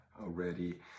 already